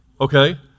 Okay